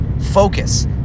focus